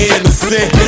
innocent